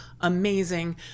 amazing